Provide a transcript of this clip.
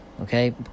Okay